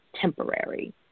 temporary